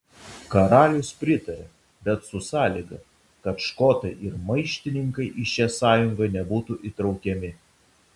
karalius pritaria bet su sąlyga kad škotai ir maištininkai į šią sąjungą nebūtų įtraukiami